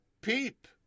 peep